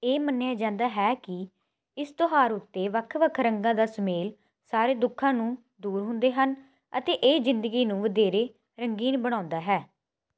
ਇਹ ਮੰਨਿਆ ਜਾਂਦਾ ਹੈ ਕਿ ਇਸ ਤਿਉਹਾਰ ਉੱਤੇ ਵੱਖ ਵੱਖ ਰੰਗਾਂ ਦਾ ਸੁਮੇਲ ਸਾਰੇ ਦੁੱਖਾਂ ਨੂੰ ਦੂਰ ਹੁੰਦੇ ਹਨ ਅਤੇ ਇਹ ਜ਼ਿੰਦਗੀ ਨੂੰ ਵਧੇਰੇ ਰੰਗੀਨ ਬਣਾਉਂਦਾ ਹੈ